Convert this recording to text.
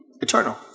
eternal